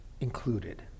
included